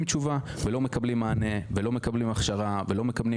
תשובה ולא מקבלים מענה ולא מקבלים הכשרה ולא מקבלים